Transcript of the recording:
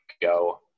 go